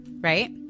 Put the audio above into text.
right